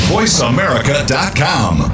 VoiceAmerica.com